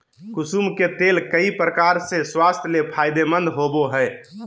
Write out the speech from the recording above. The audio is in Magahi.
कुसुम के तेल कई प्रकार से स्वास्थ्य ले फायदेमंद होबो हइ